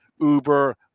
Uber